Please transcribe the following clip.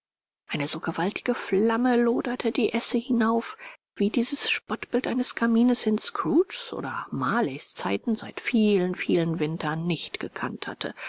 eine so gewaltige flamme loderte die esse hinauf wie dieses spottbild eines kamines in scrooges oder marleys zeit seit vielen vielen wintern nicht gekannt hatte